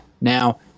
Now